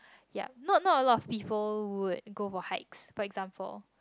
yup not not a lot of people would go for hikes but example